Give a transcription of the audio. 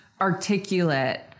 articulate